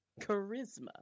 Charisma